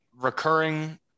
recurring